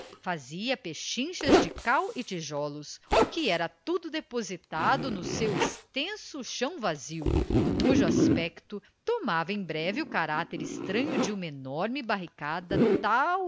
fazia pechinchas de cal e tijolos o que era tudo depositado no seu extenso chão vazio cujo aspecto tomava em breve o caráter estranho de uma enorme barricada tal